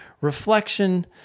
reflection